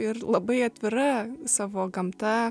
ir labai atvira savo gamta